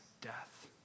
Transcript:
death